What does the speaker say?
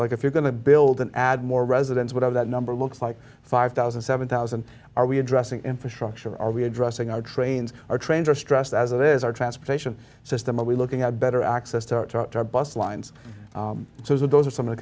like if you're going to build and add more residents whatever that number looks like five thousand seven thousand are we addressing infrastructure are we addressing our trains or trains are stressed as it is our transportation system are we looking at better access to our bus lines so those are some of the